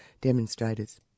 demonstrators